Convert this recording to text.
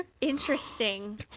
interesting